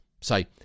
say